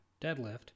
deadlift